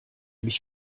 mich